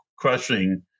Crushing